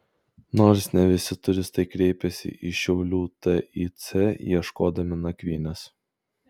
nors ne visi turistai kreipiasi į šiaulių tic ieškodami nakvynės